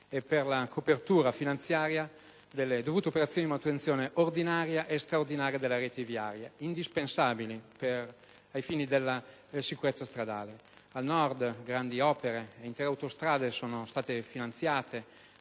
e per la copertura finanziaria delle dovute operazioni di manutenzione ordinaria e straordinaria della rete viaria, indispensabili ai fini della sicurezza stradale. Al Nord, grandi opere e intere autostrade sono state finanziate